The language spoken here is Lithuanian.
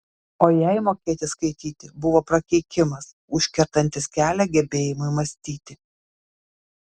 o jai mokėti skaityti buvo prakeikimas užkertantis kelią gebėjimui mąstyti